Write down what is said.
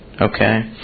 okay